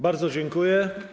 Bardzo dziękuję.